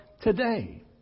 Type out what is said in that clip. today